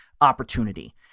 opportunity